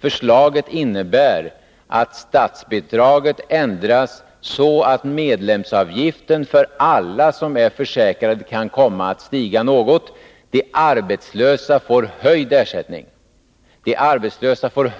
Förslaget innebär att statsbidraget ändras så att medlemsavgiften för alla som är försäkrade kan komma att stiga något. De arbetslösa får